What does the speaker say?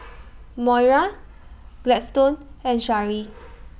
Moira Gladstone and Shari